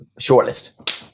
shortlist